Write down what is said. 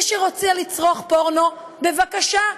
מי שרוצה לצרוך פורנו, בבקשה.